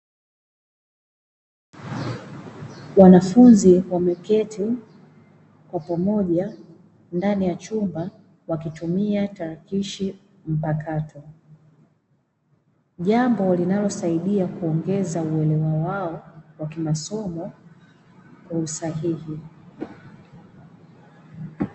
Wanafunzi wameketi kwa pamoja ndani ya chumba wakitumia tarakishi mpakato, jambo linalosaidia kuongeza uelewa wao wa kimasomo kwa usahihi.